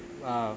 uh